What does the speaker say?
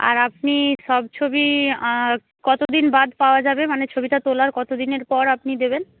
আর আপনি সব ছবি কতদিন বাদে পাওয়া যাবে মানে ছবিটা তোলার কতদিনের পর আপনি দেবেন